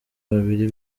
babiri